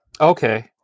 Okay